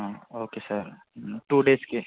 okay sir two డేస్కి